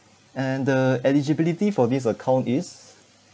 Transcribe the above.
and the eligibility for this account is